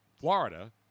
Florida